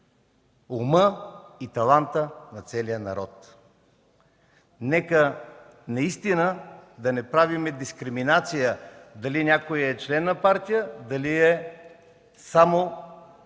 ума и таланта на целия народ.” Нека да не правим дискриминация дали някой е член на партия, дали е само експерт